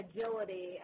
agility